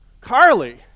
Carly